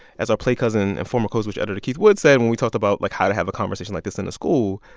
as our play cousin and former code switch editor keith woods said when we talked about, like, how to have a conversation like this in the school,